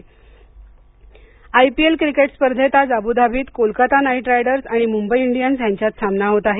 IPL IPL cricket स्पर्धेत आज अब् धाबीत कोलकाता नाईट रायडर्स आणि मुंबई इंडियन्स यांच्यात सामना होत आहे